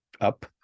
up